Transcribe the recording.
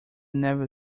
never